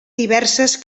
diverses